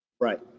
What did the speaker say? Right